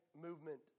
movement